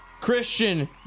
christian